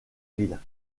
ville